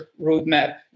roadmap